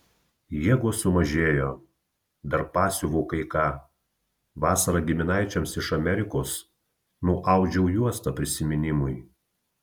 jėgos sumažėjo dar pasiuvu kai ką vasarą giminaičiams iš amerikos nuaudžiau juostą prisiminimui